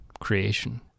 creation